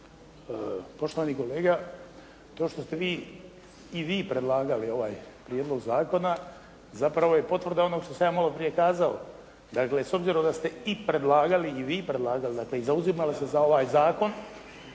Poštovani kolega, to što ste i vi predlagali ovaj prijedlog zakona zapravo je potvrda onoga što sam ja maloprije kazao. Dakle, s obzirom da ste i predlagali i vi predlagali, dakle i zauzimali se za ovaj zakon,